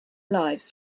lives